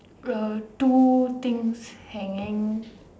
uh two things hanging